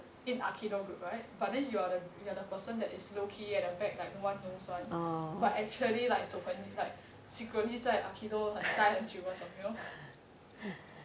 in aikido group right but then you're the you're the person that is low key at the back like no one knows [one] but actually like secretly 在 aikido 呆很久那种 you know